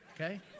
okay